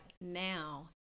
now